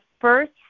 first